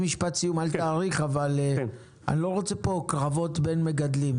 רוצה פה קרבות בין מגדלים.